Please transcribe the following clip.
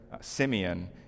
Simeon